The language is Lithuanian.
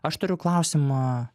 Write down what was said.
aš turiu klausimą